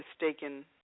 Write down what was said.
mistaken